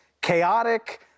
chaotic